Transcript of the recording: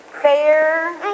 fair